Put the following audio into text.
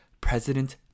President